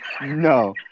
No